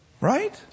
Right